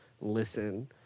listen